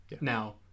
now